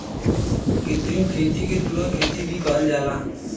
कृत्रिम खेती के सुरंग खेती भी कहल जाला